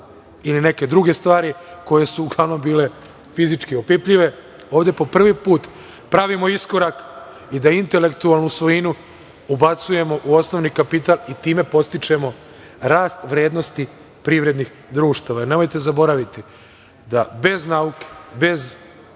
ili neke druge stvari, koje su uglavnom bile fizički opipljive. Ovde po prvi put pravimo iskorak i da intelektualnu svojinu ubacujemo u osnovni kapital i time podstičemo rast vrednosti privrednih društava. Nemojte zaboraviti da bez nauke, bez